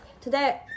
today